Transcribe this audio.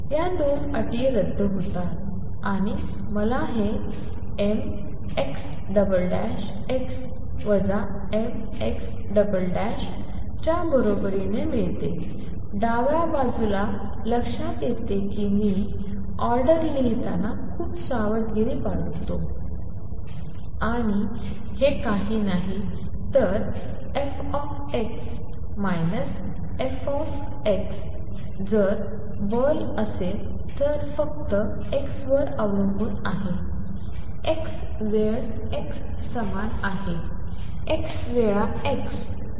या 2 अटी रद्द होतात आणि मला हे mxx mxx च्या बरोबरीने मिळते डाव्या बाजूला लक्षात येते की मी ऑर्डर लिहिताना खूप सावधगिरी बाळगतो आणि हे काही नाही तर fx xf जर बल असेल तर फक्त x वर अवलंबून आहे x वेळ x समान आहे x वेळा x